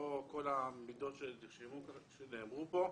לא כל המידות שנרשמו כאן ונאמרו כאן.